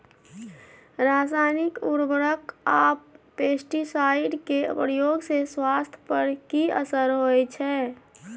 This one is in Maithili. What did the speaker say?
रसायनिक उर्वरक आ पेस्टिसाइड के प्रयोग से स्वास्थ्य पर कि असर होए छै?